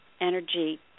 energy